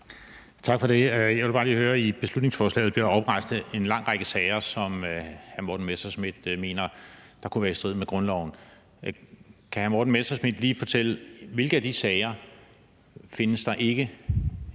Tak for det. I beslutningsforslaget bliver der opremset en lang række sager, som hr. Morten Messerschmidt mener kunne være i strid med grundloven. Kan hr. Morten Messerschmidt lige fortælle, hvilke af de sager der ikke